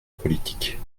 politique